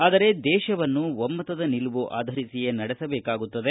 ಆದರೆ ದೇಶವನ್ನು ಒಮ್ಮತದ ನಿಲುವು ಆಧರಿಸಿಯೇ ನಡೆಸಬೇಕಾಗುತ್ತದೆ